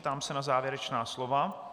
Ptám se na závěrečná slova.